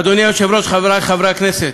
אדוני היושב-ראש, חברי חברי הכנסת,